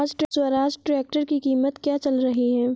Swaraj tractor की कीमत क्या चल रही है?